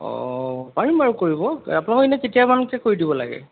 অঁ পাৰিম বাৰু কৰিব এই আপোনালোকৰ এনে কেতিয়ামানকৈ কৰি দিব লাগে